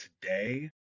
today